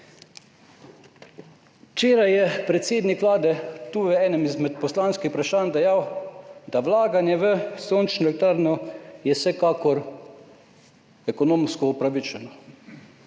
Včeraj je predsednik Vlade tu v enem izmed poslanskih vprašanj dejal, da je vlaganje v sončno elektrarno vsekakor ekonomsko upravičeno.